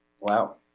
Wow